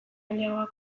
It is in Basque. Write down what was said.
handiagoak